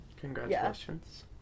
congratulations